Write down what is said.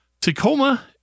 Tacoma